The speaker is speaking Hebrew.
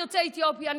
יוצאי אתיופיה,